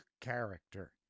character